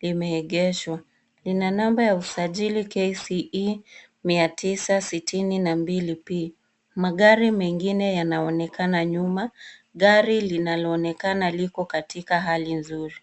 limeegeshwa. Lina namba ya usajili KCE 962P. Magari mengine yanaonekana nyuma. Gari linaloonekana liko katika hali nzuri.